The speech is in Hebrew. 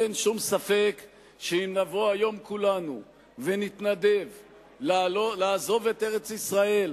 אין שום ספק שאם נבוא היום כולנו ונתנדב לעזוב את ארץ-ישראל,